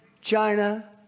China